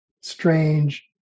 strange